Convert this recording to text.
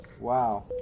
Wow